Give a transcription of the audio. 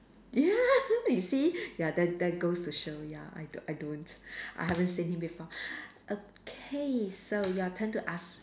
ya you see ya there there goes to show ya I I don't I haven't seen him before okay so your turn to ask